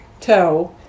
toe